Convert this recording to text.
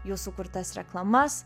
jų sukurtas reklamas